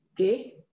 Okay